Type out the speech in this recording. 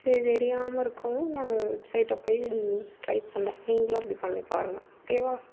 இது தெரியாமல் இருக்கவும் நாங்கள் வெப்சைட்டை போய் ட்ரை பண்ணோம் நீங்களும் அப்படி பண்ணி பாருங்கள் ஓகே வா